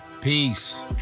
Peace